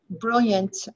brilliant